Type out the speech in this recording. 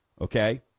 Okay